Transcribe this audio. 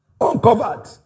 uncovered